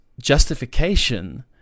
justification